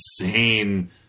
insane